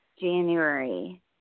January